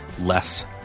less